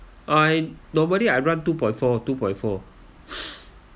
I normally I run two point four two point four